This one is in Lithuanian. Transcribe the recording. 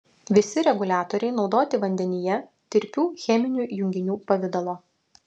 visi reguliatoriai naudoti vandenyje tirpių cheminių junginių pavidalo